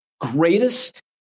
greatest